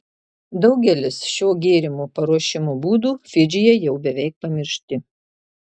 daugelis šio gėrimo paruošimo būdų fidžyje jau beveik pamiršti